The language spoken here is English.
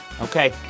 Okay